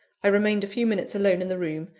i remained a few minutes alone in the room,